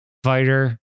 fighter